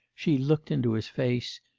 she looked into his face,